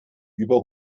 über